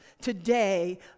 today